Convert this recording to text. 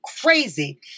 crazy